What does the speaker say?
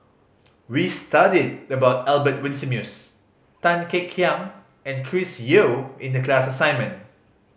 we studied about Albert Winsemius Tan Kek Hiang and Chris Yeo in the class assignment